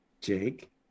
Jake